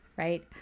Right